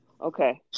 okay